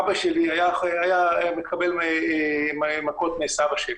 אבא שלי היה מקבל מכות מסבא שלי,